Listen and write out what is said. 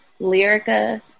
Lyrica